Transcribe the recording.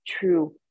true